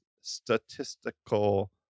statistical